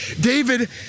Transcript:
David